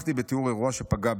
"פתחתי בתיאור אירוע שפגע בי.